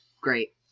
great